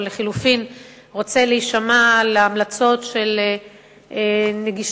או לחלופין רוצה להישמע להמלצות של נגישות,